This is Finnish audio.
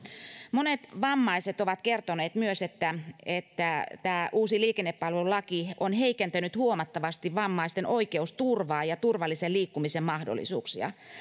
monet vammaiset ovat kertoneet myös että uusi liikennepalvelulaki on heikentänyt huomattavasti vammaisten oikeusturvaa ja turvallisen liikkumisen mahdollisuuksia